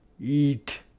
eat